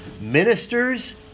ministers